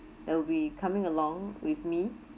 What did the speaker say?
that will be coming along with me